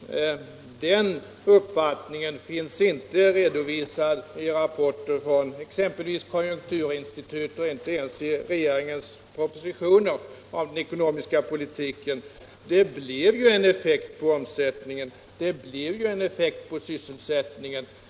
Den uppfattningen får inte stöd i rapporter från exempelvis konjunkturinstitutet eller ens i regeringens propositioner om den ekonomiska politiken. Det blev ju en effekt på omsättningen och på sysselsättningen.